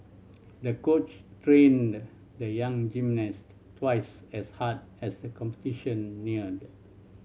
the coach trained the young gymnast twice as hard as the competition neared